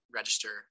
register